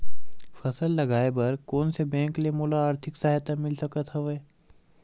फसल लगाये बर कोन से बैंक ले मोला आर्थिक सहायता मिल सकत हवय?